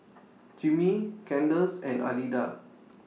Jimmie Candace and Alida